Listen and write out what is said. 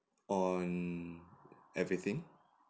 on everything